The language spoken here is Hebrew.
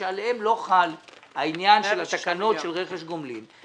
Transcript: שעליהם לא חל העניין של התקנות של רכש גומלין.